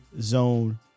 zone